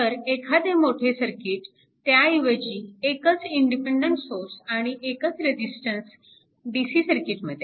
तर एखादे मोठे सर्किट त्याऐवजी एकच इंडिपेन्डन्ट सोर्स आणि एकच रेजिस्टन्स DC सर्किटमध्ये वापरून दाखवता येते